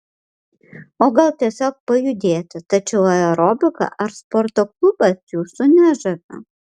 o gal tiesiog pajudėti tačiau aerobika ar sporto klubas jūsų nežavi